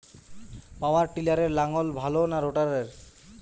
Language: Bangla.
পাওয়ার টিলারে লাঙ্গল ভালো না রোটারের?